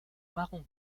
marron